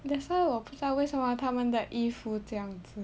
that's 我不知道为什么他们的衣服这样子